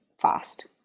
fast